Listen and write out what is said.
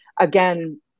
again